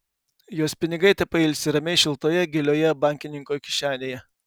jos pinigai tepailsi ramiai šiltoje gilioje bankininko kišenėje